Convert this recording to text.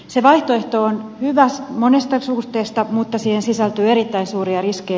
se vaihtoehto on hyvä monessa suhteessa mutta siihen sisältyy erittäin suuria riskejä